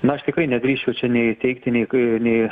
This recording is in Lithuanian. na aš tikrai nedrįsčiau čia nei teikti nei kai nei